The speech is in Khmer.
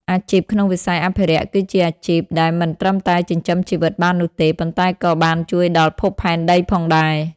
អាជីពក្នុងវិស័យអភិរក្សគឺជាអាជីពដែលមិនត្រឹមតែចិញ្ចឹមជីវិតបាននោះទេ ប៉ុន្តែក៏បានជួយដល់ភពផែនដីផងដែរ។